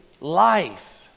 life